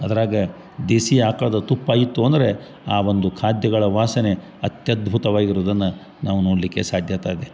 ಅದ್ರಾಗ ದೇಸಿ ಆಕಳ್ದ ತುಪ್ಪಾಯಿತು ಅಂದರೆ ಆ ಒಂದು ಖಾದ್ಯಗಳ ವಾಸನೆ ಅತ್ಯದ್ಭುತವಾಗಿರುವುದನ್ನ ನಾವು ನೋಡಲಿಕ್ಕೆ ಸಾಧ್ಯತೆಯಿದೆ